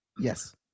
Yes